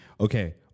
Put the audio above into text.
okay